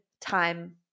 time